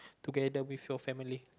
together with your family